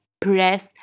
press